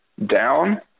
down